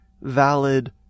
valid